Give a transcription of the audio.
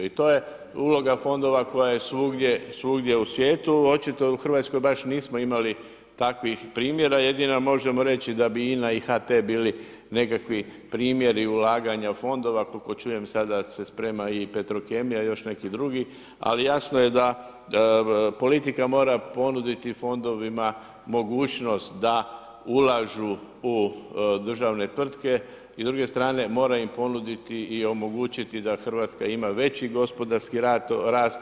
I to je uloga fondova koja je svugdje u svijetu, očito u Hrvatskoj baš nismo imali takvih primjera, jedino možemo reći da bi INA i HT bili nekakvi primjeri ulaganja u fondova koliko čujem sada se sprema i Petrokemija i još neki drugi, ali jasno je da politika mora ponuditi fondovima mogućnost da ulažu u državne tvrtke i s druge strane mora im ponuditi i omogućiti da Hrvatska ima veći gospodarski rast.